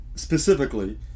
specifically